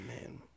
man